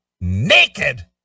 naked